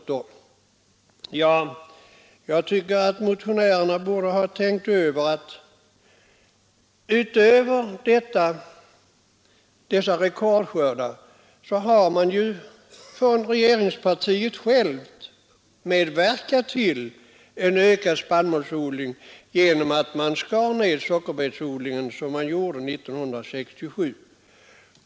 Jag tycker att motionärerna borde ha tänkt på att utöver dessa rekordskördar har regeringspartiet självt medverkat till den ökade spannmålsodlingen genom att skära ner arealerna för sockerbetsodling som man gjorde 1967.